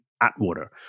Atwater